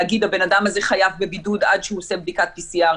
להגיד הבן אדם הזה חייב בבידוד עד שהוא עושה בדיקת PCR,